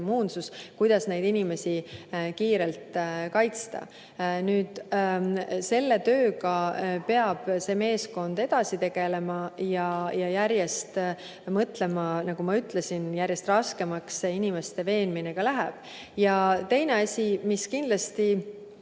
immuunsus. Kuidas neid inimesi kiirelt kaitsta, selle tööga peab see meeskond edasi tegelema. Ja nagu ma ütlesin, järjest raskemaks see inimeste veenmine läheb. Teine asi, mis kindlasti